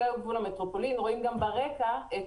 ברקע גם רואים את